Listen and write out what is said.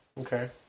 Okay